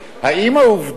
האם העובדה